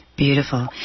Beautiful